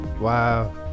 Wow